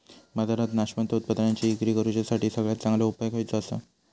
बाजारात नाशवंत उत्पादनांची इक्री करुच्यासाठी सगळ्यात चांगलो उपाय खयचो आसा?